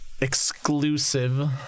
exclusive